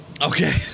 Okay